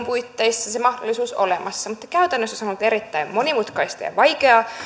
puitteissa se mahdollisuus olemassa mutta käytännössä se on ollut erittäin monimutkaista ja vaikeaa